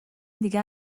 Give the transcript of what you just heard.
دیگر